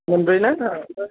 मोनब्रैना अ